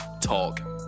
Talk